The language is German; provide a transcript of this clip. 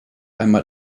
einmal